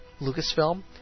Lucasfilm